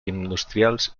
industrials